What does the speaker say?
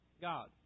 God